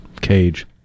cage